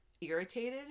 irritated